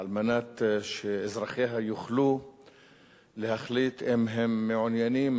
כדי שאזרחיה יוכלו להחליט אם הם מעוניינים